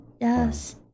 Yes